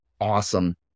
awesome